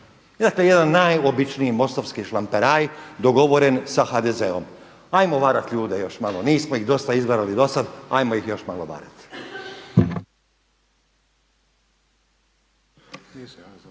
Dakle jedan najobičniji MOST-ovski šlamperaj dogovoren sa HDZ-om, 'ajmo varati ljude još malo, nismo ih dosta izvarali do sada, 'ajmo ih još malo varati.